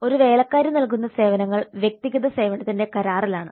ഒരു വേലക്കാരി നൽകുന്ന സേവനങ്ങൾ വ്യക്തിഗത സേവനത്തിന്റെ കരാറിലാണ്